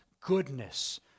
goodness